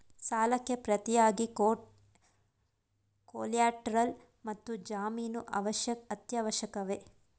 ಸಾಲಕ್ಕೆ ಪ್ರತಿಯಾಗಿ ಕೊಲ್ಯಾಟರಲ್ ಮತ್ತು ಜಾಮೀನು ಅತ್ಯವಶ್ಯಕವೇ?